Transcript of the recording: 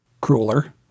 crueler